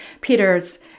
Peter's